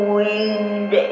winged